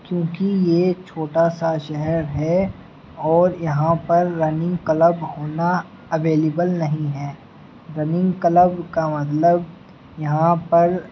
کیونکہ یہ چھوٹا سا شہر ہے اور یہاں پر رننگ کلب ہونا اویلیبل نہیں ہے رننگ کلب کا مطلب یہاں پر